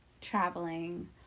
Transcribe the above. traveling